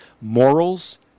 morals